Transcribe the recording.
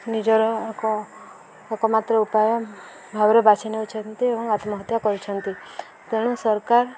ନିଜର ଏକ ଏକମାତ୍ର ଉପାୟ ଭାବରେ ବାଛି ନେଉଛନ୍ତି ଏବଂ ଆତ୍ମହତ୍ୟା କରୁଛନ୍ତି ତେଣୁ ସରକାର